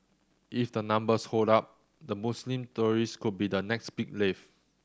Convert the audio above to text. if the numbers hold up the Muslim tourist could be the next big wave